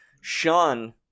Sean